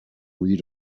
read